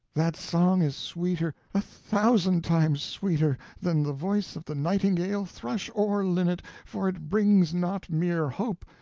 that song is sweeter, a thousand times sweeter than the voice of the nightingale, thrush, or linnet, for it brings not mere hope,